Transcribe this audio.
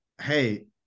hey